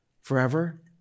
Forever